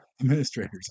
administrators